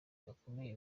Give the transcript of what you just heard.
bakomeye